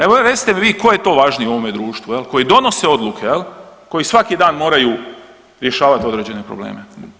Evo recite mi tko je to važniji u ovome društvu, koji donose odluke jel, koji svaki dan moraju rješavati određene probleme.